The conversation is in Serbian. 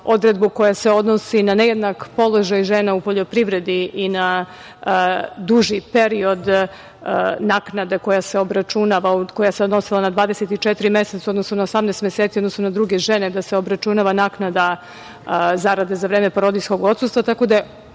odredbu koja se odnosi na nejednak položaj žena u poljoprivredi i na duži period naknade koja se obračunava, koja se odnosila na 24 meseca, odnosno na 18 meseci, u odnosnu na druge žene da se obračunava naknada zarade za vreme porodiljskog odsustva,